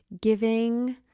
giving